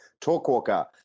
Talkwalker